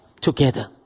together